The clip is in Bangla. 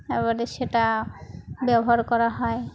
তারপরে সেটা ব্যবহার করা হয়